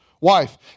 wife